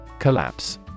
Collapse